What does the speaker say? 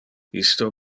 isto